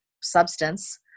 substance